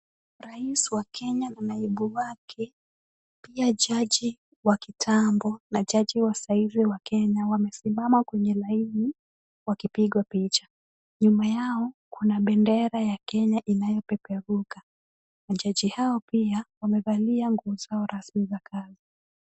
Rais wa Kenya na naibu wake pia jaji wa kitambo na jaji wa saa hizi wa Kenya wamesimama kwenye laini wakipigwa picha. Nyuma yao kuna bendera ya Kenya inayopeperuka. Majaji hao pia wamevalia nguo zao rasmi za kazi.